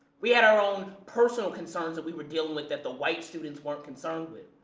we had our own personal concerns that we were dealing with that the white students weren't concerned with.